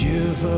Give